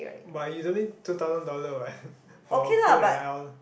but it's only two thousand dollar what for a food and all